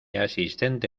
asistente